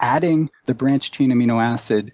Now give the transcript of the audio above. adding the branched-chain amino acid